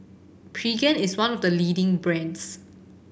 Pregain is one of the leading brands